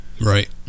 right